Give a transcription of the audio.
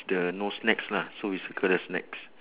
the no snacks lah so we circle the snacks